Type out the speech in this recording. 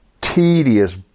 tedious